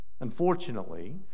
Unfortunately